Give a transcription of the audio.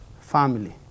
family